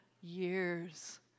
years